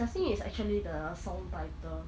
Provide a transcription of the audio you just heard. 小幸运 is actually the song title